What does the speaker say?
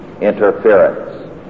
interference